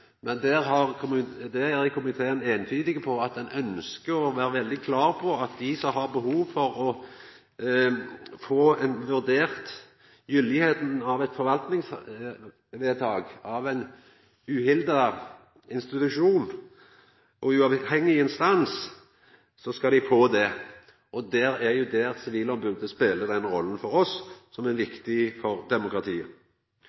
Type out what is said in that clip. Komiteen er eintydig og ønskjer å vera veldig klar på at dei som har behov for å få vurdert gyldigheita av eit forvaltingsvedtak av ein uhilda institusjon og uavhengig instans, skal få det. Det er jo der sivilombodet speler ei rolle for oss, som er